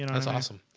you know it's awesome.